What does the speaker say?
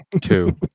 Two